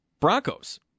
Broncos